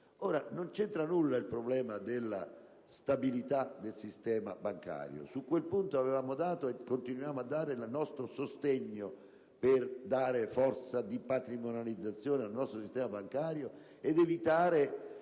Non c'entra nulla il problema della stabilità del sistema bancario: su quel punto avevamo dato e continuiamo a dare il nostro sostegno per dare forza di patrimonializzazione al nostro sistema bancario ed evitare